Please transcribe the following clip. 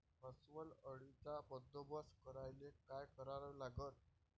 अस्वल अळीचा बंदोबस्त करायले काय करावे लागन?